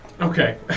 Okay